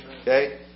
okay